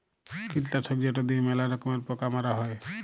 কীটলাসক যেট লিঁয়ে ম্যালা রকমের পকা মারা হ্যয়